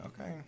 Okay